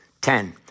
Ten